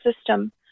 system